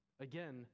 Again